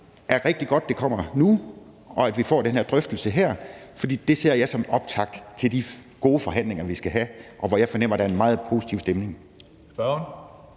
beslutningsforslaget kommer nu, og at vi får den her drøftelse, for det ser jeg som optakt til de gode forhandlinger, vi skal have, og hvor jeg fornemmer at der vil være en meget positiv stemning.